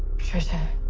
patricia.